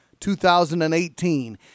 2018